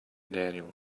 daniel